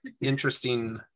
interesting